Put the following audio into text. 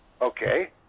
okay